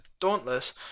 Dauntless